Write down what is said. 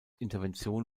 intervention